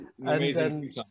Amazing